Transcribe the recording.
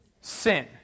Sin